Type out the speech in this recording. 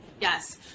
yes